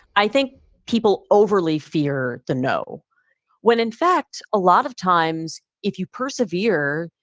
i think people overly fear the no when in fact, a lot of times if you persevere,